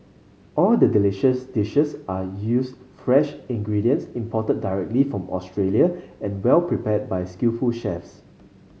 all the delicious dishes are used fresh ingredients imported directly from Australia and well prepared by skillful chefs